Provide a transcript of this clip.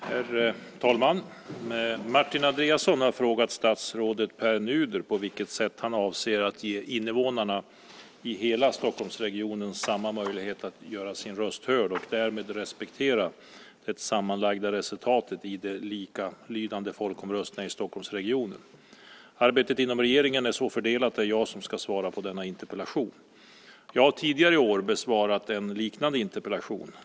Herr talman! Martin Andreasson har frågat statsrådet Pär Nuder på vilket sätt han avser att ge invånarna i hela Stockholmsregionen samma möjlighet att göra sin röst hörd och därmed respektera det sammanlagda resultatet i de likalydande folkomröstningarna i Stockholmsregionen. Arbetet inom regeringen är så fördelat att det är jag som ska svara på denna interpellation. Jag har tidigare i år besvarat en liknande interpellation.